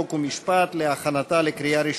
חוקה ומשפט נתקבלה.